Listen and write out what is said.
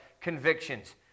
Convictions